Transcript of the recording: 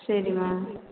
சரிமா